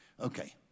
Okay